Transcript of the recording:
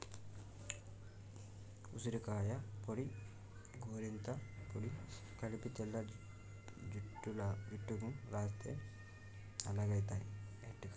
ఉసిరికాయ పొడి గోరింట పొడి కలిపి తెల్ల జుట్టుకు రాస్తే నల్లగాయితయి ఎట్టుకలు